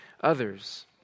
others